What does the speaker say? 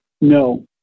No